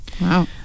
Wow